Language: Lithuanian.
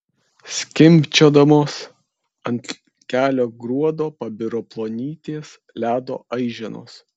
skimbčiodamos ant kelio gruodo pabiro plonytės ledo aiženos